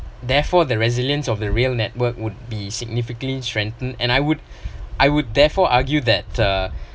therefore the resilience of the rail network would be significantly strengthened and I would I would therefore argue that uh